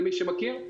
למי שמכיר.